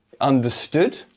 understood